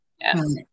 Yes